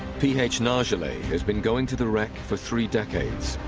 ph na jala has been going to the rack for three decades